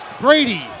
Brady